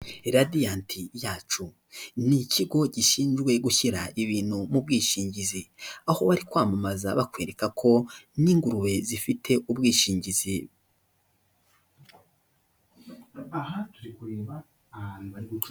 Radiant yacu ni ikigo gishinzwe gushyira ibintu mu bwishingizi. Aho bari kwamamaza bakwereka ko n'ingurube zifite ubwishingizi.